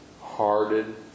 hearted